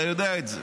אתה יודע את זה.